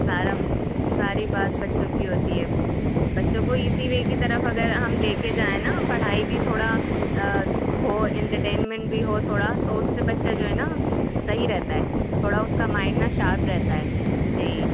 سارا ساری بات بچوں کی ہوتی ہے بچوں کو ایزی وے کی طرف اگر ہم لے کے جائیں نا ہم پڑھائی بھی تھوڑا ہو انٹرٹینمنٹ بھی ہو تھوڑا تو اس سے بچہ جو ہے نا صحیح رہتا ہے تھوڑا اس کا مائنڈ نہ شارپ رہتا ہے جی